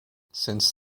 since